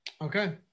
Okay